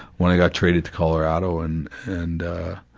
when i got traded to colorado, and and ah,